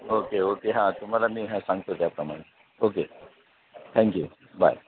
okay okay हां तुम्हाला मी हा सांगतो त्याप्रमाणे ओके थँक्यू बाय